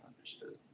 understood